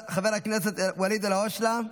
חבר הכנסת ואליד אלהואשלה,